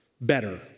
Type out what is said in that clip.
better